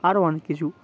আর অনেক কিছু